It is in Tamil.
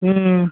ம்